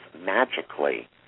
magically